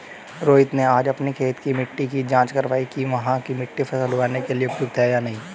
रोहित ने आज अपनी खेत की मिट्टी की जाँच कारवाई कि वहाँ की मिट्टी फसल उगाने के लिए उपयुक्त है या नहीं